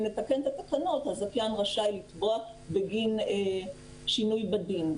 נתקן את התקנות הזכיין רשאי לתבוע בגין שינוי בדין.